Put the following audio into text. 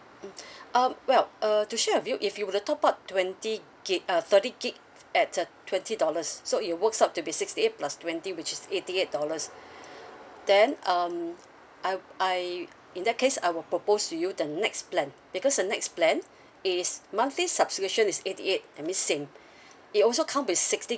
mm um well uh to share with you if you were to top up twenty gig uh thirty gig at uh twenty dollars so it would works out to be sixty eight plus twenty which is eighty eight dollars then um I I in that case I would propose to you the next plan because the next plan is monthly subscription is eighty eight that means same it also come with sixty